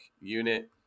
unit